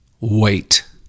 Wait